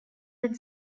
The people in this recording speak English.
read